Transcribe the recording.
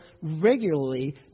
regularly